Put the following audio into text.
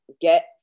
get